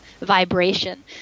vibration